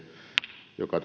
joka